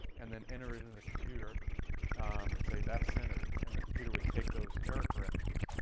and then enter it into the computer and say that's centered. and the computer would take those error corrections,